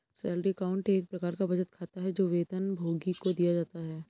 salary account एक प्रकार का बचत खाता है, जो वेतनभोगी को दिया जाता है